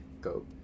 go